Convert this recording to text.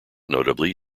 notably